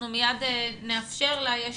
אנחנו מיד נאפשר להם לדבר.